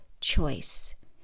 choice